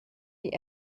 die